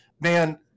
man